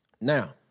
Now